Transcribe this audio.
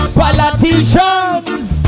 politicians